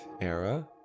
era